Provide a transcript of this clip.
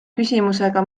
küsimusega